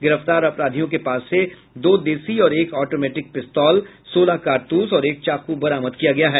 गिरफ्तार अपराधियों के पास से दो देशी और एक ऑटोमेटिक पिस्तौल सोलह कारतूस और एक चाकू बरामद किया गया है